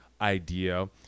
idea